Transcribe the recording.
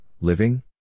living